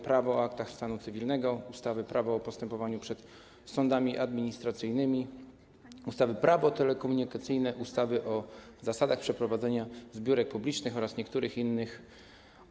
Prawo o aktach stanu cywilnego, ustawy Prawo o postępowaniu przed sądami administracyjnymi, ustawy Prawo telekomunikacyjne, ustawy o zasadach przeprowadzania zbiórek publicznych oraz niektórych innych ustaw.